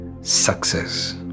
success